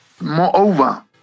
Moreover